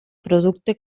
producte